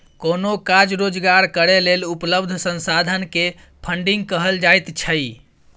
कोनो काज रोजगार करै लेल उपलब्ध संसाधन के फन्डिंग कहल जाइत छइ